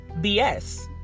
BS